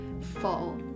fall